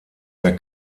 der